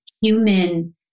human